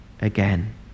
again